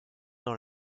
dans